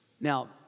Now